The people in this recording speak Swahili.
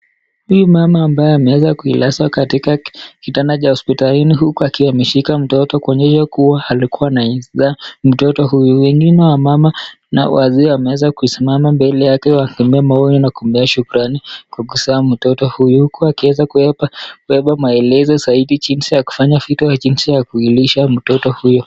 Huyu mama ambaye ameweza kuilaza katika kitanda cha hospitalini huku akiwa ameshika mtoto kuonyesha kuwa alikuwa anaizaa mtoto huyu. Wengine wamama na wazee wameweza kuisimama mbele yake wakimpea maoni na kumpea shukrani kwa kuzaa mtoto huyu, huku akiweza kubeba maelezo zaidi jinsi ya kufanya vitu au jinsi ya kuilisha mtoto huyo.